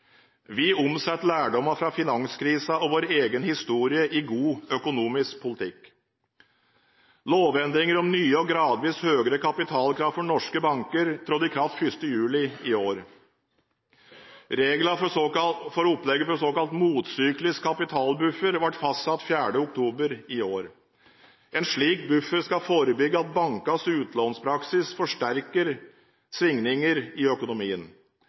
Vi omsetter lærdommene fra finanskrisen og vår egen historie i god økonomisk politikk. Lovendringer om nye og gradvis høyere kapitalkrav for norske banker trådte i kraft 1. juli i år. Regler for opplegget med såkalt motsyklisk kapitalbuffer ble fastsatt 4. oktober i år. En slik buffer skal forebygge at bankenes utlånspraksis forsterker svingninger i økonomien.